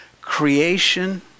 Creation